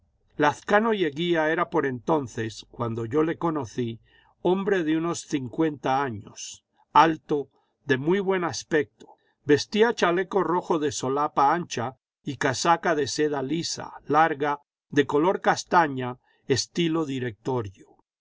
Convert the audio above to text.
lazcano y eguía era por entonces cuando yo le conocí hombre de unos cincuenta años alto de muy buen aspecto vestía chaleco rojo de solapa ancha y casaca de seda lisa larga de color castaña estilo directorio